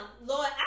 Lord